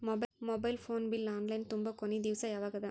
Mobile phone bill online ತುಂಬೊ ಕೊನಿ ದಿವಸ ಯಾವಗದ?